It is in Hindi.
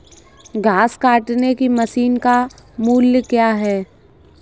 घास काटने की मशीन का मूल्य क्या है?